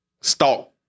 Stalk